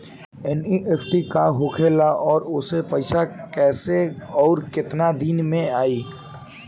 NEFT का होखेला और ओसे पैसा कैसे आउर केतना दिन मे जायी?